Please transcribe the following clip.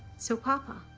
so papa,